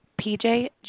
PJ